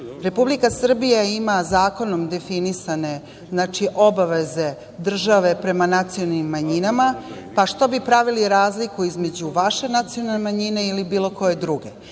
manjina. Republika Srbija ima zakonom definisane obaveze države prema nacionalnim manjinama, pa što bi pravili razliku između vaše nacionalne manjine ili bilo koje druge.